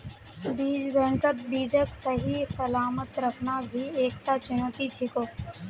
बीज बैंकत बीजक सही सलामत रखना भी एकता चुनौती छिको